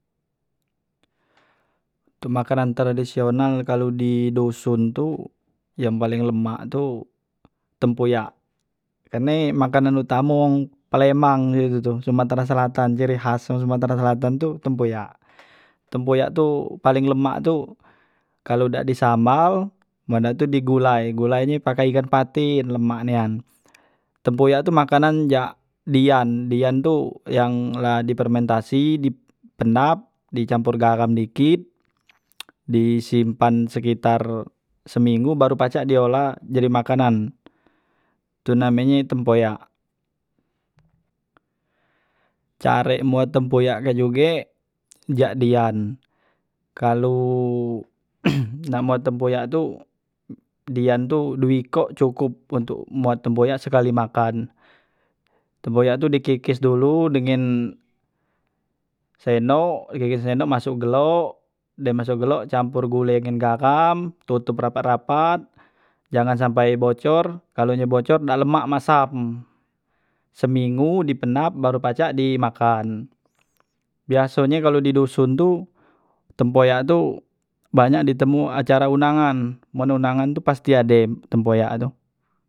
Kemakanan tradisional kalu di duson tu yang paleng lemak tu tempuyak karne makanan utamo wong palembang he itu tu sumatra selatan cere khas wong sumatra selatan tu tempuyak, tempuyak tu paling lemak tu kalu dak di sambal men dak tu di gulai, di gulai nye pake ikan patin lemak nian tempuyak tu makanan jak dian, dian tu yang la di permentasi di penap di campor garam dikit di simpan sekitar seminggu baru pacak di ola jadi makanan tu namenye tempoyak care mbuat tempoyak kak juge jak dian kalu namo tempoyak tu dian tu duo ikok cukup untuk mbuat tempoyak sekali makan tempoyak tu di kikis dulu dengen sendok kekes sendok masok gelok dem masok gelok campor gule ngan garam totop rapat rapat jangan sampai bocor kalo ye nye bocor dak lemak masam seminggu di penap baru pacak di makan biasonye kalu di duson tu tempoyak tu banyak di temu acara undangan men undangan tu paste ade tempuyak tu.